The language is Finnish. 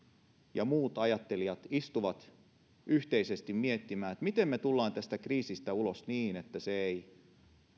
ja muut ajattelijat istuvat yhteisesti miettimään miten me tulemme tästä kriisistä ulos niin että se ei